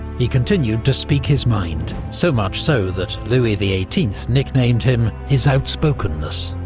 he continued to speak his mind, so much so that louis the eighteenth nicknamed him his outspokenness.